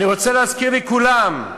אני רוצה להזכיר לכולם,